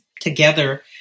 together